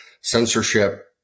censorship